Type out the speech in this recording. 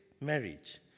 marriage